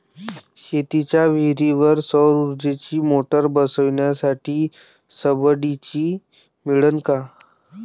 शेतीच्या विहीरीवर सौर ऊर्जेची मोटार बसवासाठी सबसीडी मिळन का?